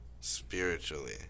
spiritually